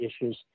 issues